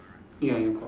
ya ya got